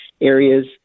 areas